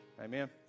Amen